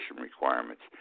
requirements